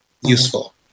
useful